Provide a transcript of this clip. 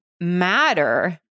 matter